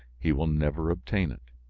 he will never obtain it!